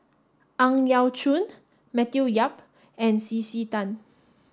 Ang Yau Choon Matthew Yap and C C Tan